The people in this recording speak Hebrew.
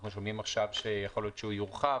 אנחנו שומעים עכשיו שיכול להיות שהוא יורחב,